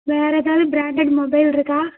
வேறு ஏதாவது branded mobile இருக்கா